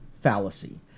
fallacy